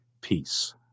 peace